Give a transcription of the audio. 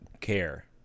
care